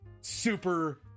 super